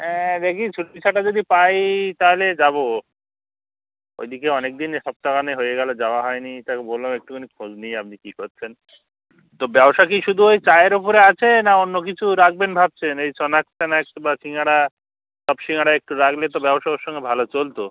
হ্যাঁ দেখি ছুটি ছাটা যদি পাই তাহলে যাব ওই দিকে অনেকদিন সপ্তাহখানেক হয়ে গেল যাওয়া হয়নি তাই ওকে বললাম একটুখানি খোঁজ নিই আপনি কী করছেন তো ব্যবসা কি শুধু ওই চায়ের উপরে আছে না অন্য কিছু রাখবেন ভাবছেন এই স্ন্যাক্স ট্ন্যাক্স বা শিঙাড়া চপ শিঙাড়া একটু রাখলে তো ব্যবসা ওর সঙ্গে ভালো চলত